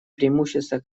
преимущества